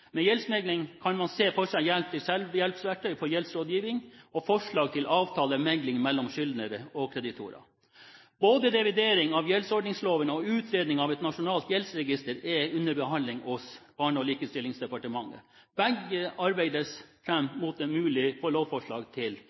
Med gjeldsmegling kan man se for seg hjelp til selvhjelpsverktøy for gjeldsrådgivning, og forslag til avtaler og megling mellom skyldner og kreditorer. Både revidering av gjeldsordningsloven og utredning av et nasjonalt gjeldsregister er under behandling hos Barne- og likestillingsdepartementet. Begge arbeides fram mot mulige lovforslag til